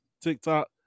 tiktok